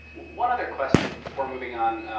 one other question before moving on.